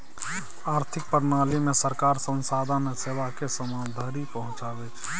आर्थिक प्रणालीमे सरकार संसाधन आ सेवाकेँ समाज धरि पहुंचाबै छै